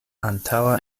antaŭa